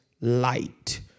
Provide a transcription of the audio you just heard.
light